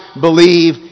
believe